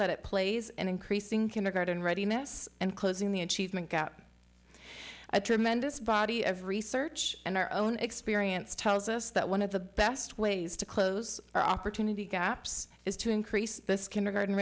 that it plays an increasing kindergarten ready mess and closing the achievement gap a tremendous body of research and our own experience tells us that one of the best ways to close our opportunity gaps is to increase this kindergarten